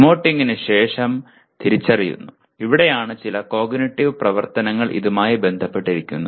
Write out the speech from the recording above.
ഇമോട്ടിംഗിന് ശേഷം തിരിച്ചറിയുന്നു ഇവിടെയാണ് ചില കോഗ്നിറ്റീവ് പ്രവർത്തനങ്ങൾ ഇതുമായി ബന്ധപ്പെട്ടിരിക്കുന്നത്